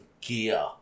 gear